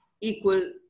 equal